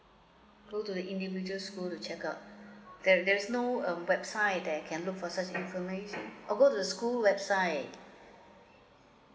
go to the individual school to check out there there's no um website that I can look for such information orh go to the school website